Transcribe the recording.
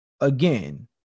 again